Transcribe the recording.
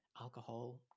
alcohol